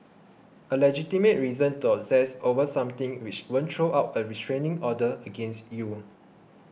a legitimate reason to obsess over something which won't throw out a restraining order against you